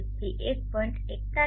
33 થી 1